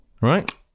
right